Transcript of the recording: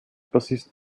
bassist